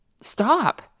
stop